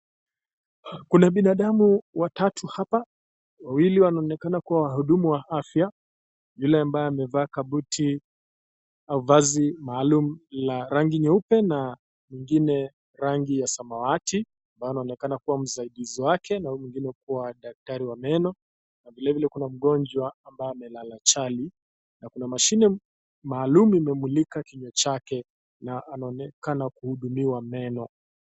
Kuna binadamu watatu hapa, wawili wanaonekana kuwa wahudumu wa afya yule ambaye amevaa kabuti au mavazi maalum la rangi nyeupe nyngine rangi ya samawati ambaye anaonekana kuwa msaidizi wake, na huyu mwingine kuwa daktari wa meno na vilevile kuna mgonjwa ambaye amelala chali na kuna mashine maalum imemlika kinywa chake na anaonekana kuhudumiwa meno.